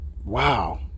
Wow